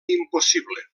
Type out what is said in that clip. impossible